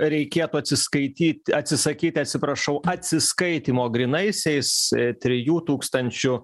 reikėtų atsiskaityt atsisakyt atsiprašau atsiskaitymo grynaisiais trijų tūkstančių